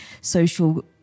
social